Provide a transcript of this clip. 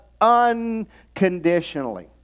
unconditionally